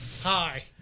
Hi